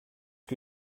que